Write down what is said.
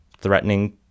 threatening